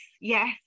Yes